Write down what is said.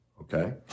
okay